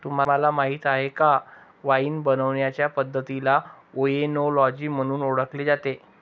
तुम्हाला माहीत आहे का वाइन बनवण्याचे पद्धतीला ओएनोलॉजी म्हणून ओळखले जाते